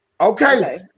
Okay